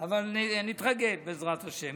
אבל נתרגל בעזרת השם.